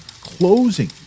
closing